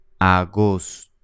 agosto